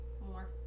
more